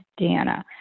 Deanna